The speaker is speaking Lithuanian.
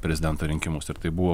prezidento rinkimus ir tai buvo